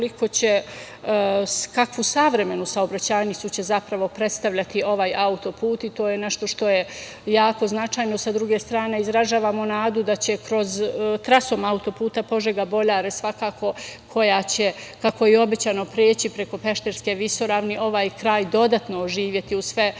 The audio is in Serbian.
kakvu savremenu saobraćajnicu će zapravo predstavljati ovaj autoput i to je nešto što je jako značajno. Sa druge strane izražavamo nadu da će trasom autoputa Požega-Boljare svakako, koja će, kako je i obećano, preći preko Pešterske visoravni, ovaj kraj dodatno oživeti uz sve potrebe